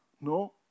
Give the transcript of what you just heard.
no